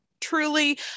truly